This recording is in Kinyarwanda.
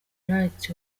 rights